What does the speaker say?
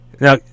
Now